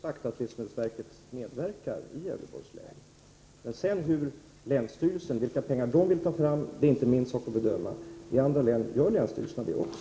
Herr talman! Jag har just sagt att livsmedelsverket medverkar i Gävleborgs län. Vilka pengar länsstyrelsen vill ta fram är inte min sak att bedöma. I andra län gör länsstyrelserna det också.